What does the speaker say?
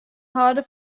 hâlde